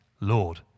Lord